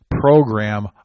program